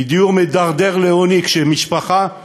כי דיור מדרדר לעוני כשהמשפחה ענייה,